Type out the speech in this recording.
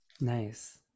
nice